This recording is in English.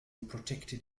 protected